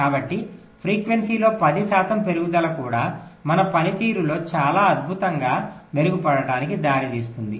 కాబట్టి ఫ్రీక్వెన్సీలో 10 శాతం పెరుగుదల కూడా మన పనితీరులో చాలా అద్భుతంగా మెరుగుపడటానికి దారి తీస్తుంది